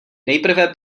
nejprve